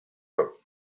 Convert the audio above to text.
rope